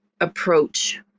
approach